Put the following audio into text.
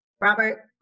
Robert